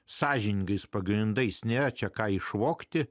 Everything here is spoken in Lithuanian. sąžiningais pagrindais ne čia ką išvogti